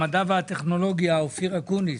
המדע והטכנולוגיה אופיר אקוניס,